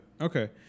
Okay